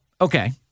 okay